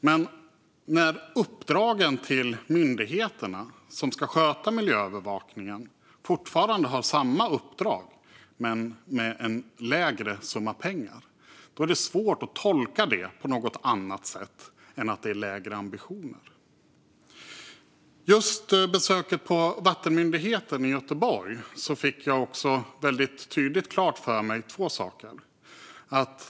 Men när uppdragen till de myndigheter som ska sköta miljöövervakningen fortfarande är desamma men med en lägre summa pengar är det svårt att tolka det på något annat sätt än att ambitionerna är lägre. Vid mitt besök på vattenmyndigheten i Göteborg fick jag väldigt tydligt två saker klara för mig.